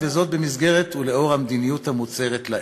"לאור המסגרת ולאור המדיניות המוצהרת לעיל,